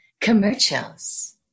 Commercials